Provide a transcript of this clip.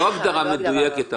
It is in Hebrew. לא הגדרה מדויקת.